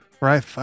Right